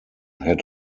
had